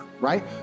right